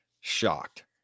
shocked